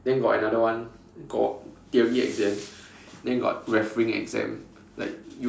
then got another one got theory exam then got refereeing exam like